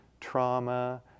trauma